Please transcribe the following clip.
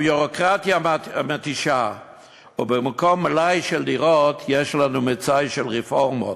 הביורוקרטיה מתישה ובמקום מלאי של דירות יש לנו מצאי של רפורמות,